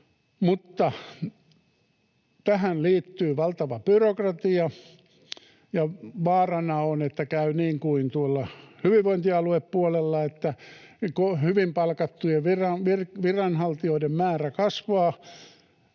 tähän liittyy valtava byrokratia, ja vaarana on, että käy niin kuin tuolla hyvinvointialuepuolella, kun hyvin palkattujen viranhaltijoiden määrä kasvaa